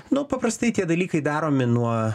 nu paprastai tie dalykai daromi nuo